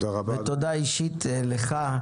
ותודה אישית לך,